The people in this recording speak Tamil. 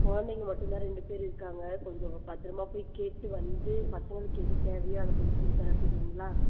குழந்தைங்க மட்டும்தான் ரெண்டு பேர் இருக்காங்க கொஞ்சம் பத்திரமாக போய் கேட்டுவிட்டு வந்து பசங்களுக்கு எது தேவையோ அதை கொஞ்சம் கொடுத்து அனுப்பிடறீங்களா